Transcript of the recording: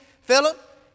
Philip